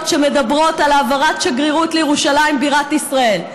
שמדברות על העברת שגרירות לירושלים בירת ישראל.